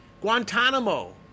Guantanamo